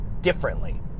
differently